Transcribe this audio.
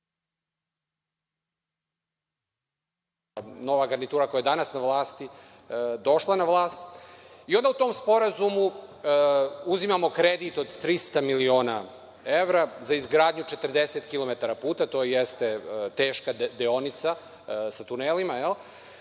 nova garnitura koja je danas na vlasti došla na vlast. I onda u tom sporazumu uzimamo kredit od 300 miliona evra za izgradnju 40 kilometara puta. To jeste teška deonica sa tunelima i